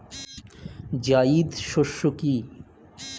জায়িদ শস্য কি?